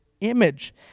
image